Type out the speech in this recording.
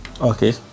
Okay